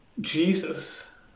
Jesus